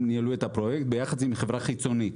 הם ניהלו את הפרויקט ביחד עם חברה חיצונית.